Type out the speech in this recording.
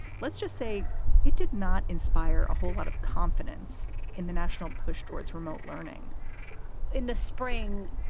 let's just say it did not inspire a whole lot of confidence in the national push towards remote learning in the spring,